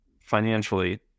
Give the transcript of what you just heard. financially